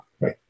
right